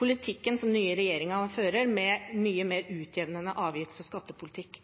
politikken som den nye regjeringen fører, med en mye mer utjevnende skatte- og